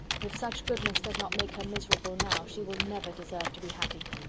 if such goodness does not make her miserable now, she will never deserve to be happy!